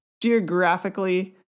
geographically